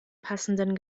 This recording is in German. passenden